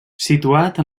situat